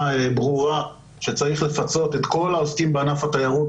ברורה שצריך לפצות את כל העוסקים בענף התיירות,